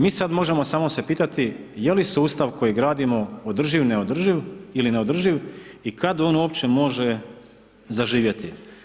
Mi sad možemo samo se pitati je li sustav koji gradimo održiv, neodrživ ili neodrživ i kad on uopće može zaživjeti.